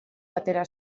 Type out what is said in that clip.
atera